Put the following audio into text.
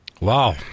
Wow